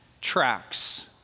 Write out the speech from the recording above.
tracks